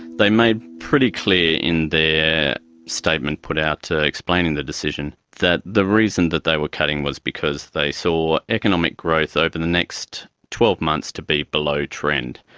they made it pretty clear in their statement put out to explaining the decision that the reason that they were cutting was because they saw economic growth over the next twelve months to be below trend.